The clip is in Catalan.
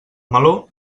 meló